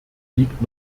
liegt